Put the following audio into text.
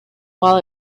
while